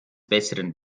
besseren